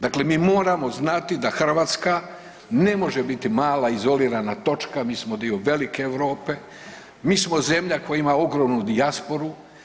Dakle mi moramo znati da Hrvatska ne može biti mala izolirana točka, mi smo dio velike Europe, mi smo zemlja koja ima ogromnu dijasporu.